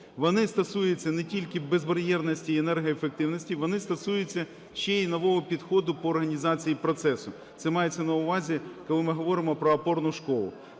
вони стосуються не тільки безбар'єрності і енергоефективності, вони стосуються ще й нового підходу по організації процесу. Це мається на увазі, коли ми говоримо про опорну школу.